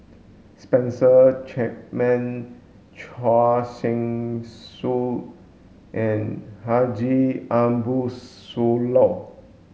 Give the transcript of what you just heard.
Spencer Chapman Choor Singh Sidhu and Haji Ambo Sooloh